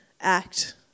act